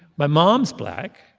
my mom's black.